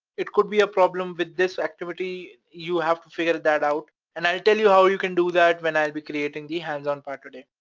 it could be a problem with this activity, you have to figure that out, and i'll tell you how you can do that when i'll be creating the hands on part today,